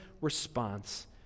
response